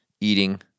eating